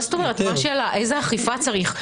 איזו אכיפה צריך?